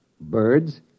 Birds